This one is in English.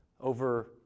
over